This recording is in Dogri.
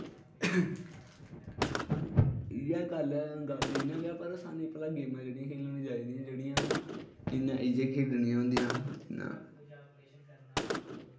इ'यै गल्ल ऐ गल्ल इ'यां गै पर सानूं भला खेलनी चाहिदियां जेह्ड़ियां इ'यां इ'यै खेढनियां होंदियां जि'यां